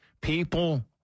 People